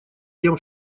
тем